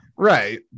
Right